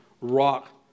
rock